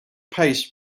paste